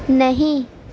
نہیں